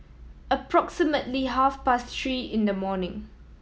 approximately half past three in the morning